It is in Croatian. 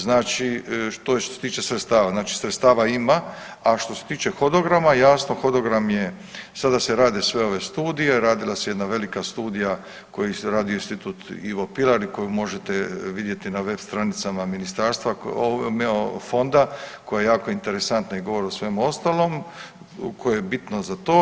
Znači to je što se tiče sredstava, znači sredstava ima, a što se tiče hodograma, jasno, hodogram je, sada se rade sve ove studije, radila se jedna velika studija koju je radio Institut Ivo Pilar i koju možete vidjeti na web stranicama ministarstva, Fonda koja je jako interesantna i govorom i svem ostalom, koje je bitno za to.